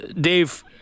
Dave